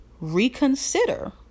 reconsider